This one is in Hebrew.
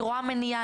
אני רואה מניעה,